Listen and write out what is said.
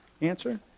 Answer